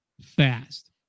Fast